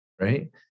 Right